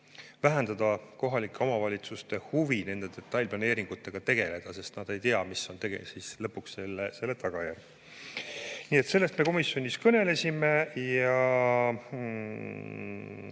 vähendada kohalike omavalitsuste huvi detailplaneeringutega tegeleda, sest nad ei tea, mis on lõpuks selle tagajärjed. Nii et sellest me komisjonis kõnelesime.